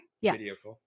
yes